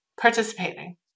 participating